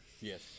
yes